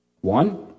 One